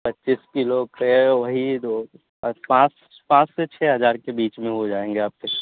پچیس کیلو کے وہی دو سے بس پانچ پانچ سے چھ ہجار کے بیچ میں ہو جائیں گے آپ کے